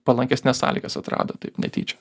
palankesnes sąlygas atrado taip netyčia